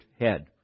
head